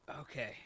Okay